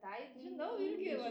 taip žinau irgi aš